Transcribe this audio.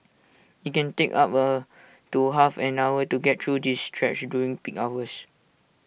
IT can take up A to half an hour to get through the stretch during peak hours